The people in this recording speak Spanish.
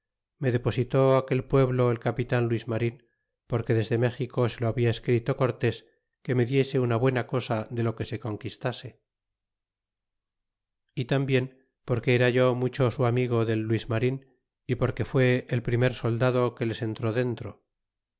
me deposité aquel pueblo el capitan luis marin porque desde méxico se lo habla escrito cortés que me diese una buena cosa de lo que se conquistase y tambien porque era yo mucho su amigo del luis marin y porque fue el primer soldado que les entró dentro